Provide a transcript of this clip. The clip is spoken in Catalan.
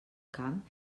camp